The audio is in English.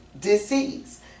disease